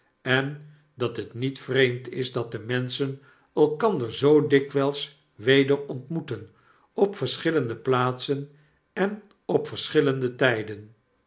en dat het niet vreemd is dat de menschen elkander zoo dikwgls weder ontmoeten op verschillende plaatsen en op verschillende tgden